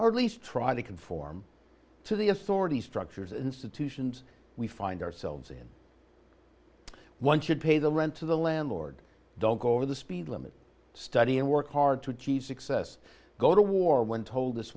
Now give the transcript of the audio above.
our least trying to conform to the authorities structures institutions we find ourselves in one should pay the rent to the landlord don't go over the speed limit study and work hard to achieve success go to war when told this